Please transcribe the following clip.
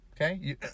okay